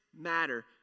matter